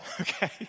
okay